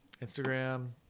Instagram